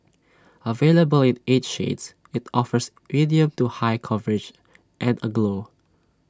available in eight shades IT offers medium to high coverage and A glow